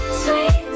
sweet